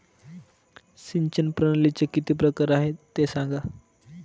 सिंचन प्रणालीचे किती प्रकार आहे ते सांगा